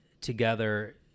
together